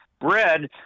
bread